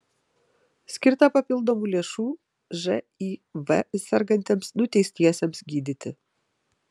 skirta papildomų lėšų živ sergantiems nuteistiesiems gydyti